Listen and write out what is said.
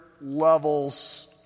levels